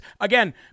Again